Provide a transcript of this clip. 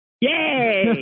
Yay